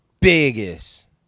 biggest